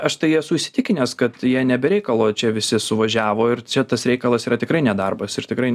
aš tai esu įsitikinęs kad jie ne be reikalo čia visi suvažiavo ir čia tas reikalas yra tikrai ne darbas ir tikrai